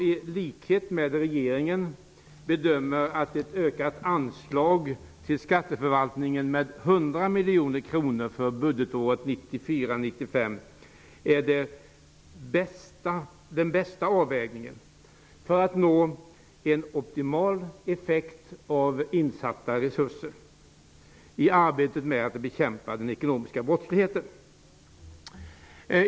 I likhet med regeringen bedömer utskottet att ett ökat anslag till skatteförvaltningen med 100 miljoner kronor för budgetåret 1994/95 är den bästa avvägningen för att nå en optimal effekt av insatta resurser i arbetet med att bekämpa den ekonomiska brottsligheten.